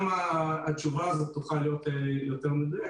גם התשובה הזו תוכל להיות יותר מדויקת.